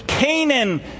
Canaan